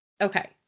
okay